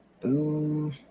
Boom